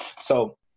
So-